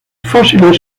fósiles